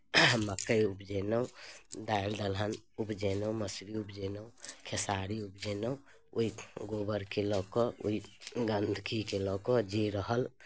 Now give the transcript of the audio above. मक्कइ उपजेलहुँ दालि दलहन उपजेलहुँ मसुरी उपजेलहुँ खेसारी उपजेलहुँ ओहि गोबरकेँ लऽ कऽ ओहि गन्दगीकेँ लऽ कऽ जे रहल